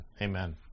Amen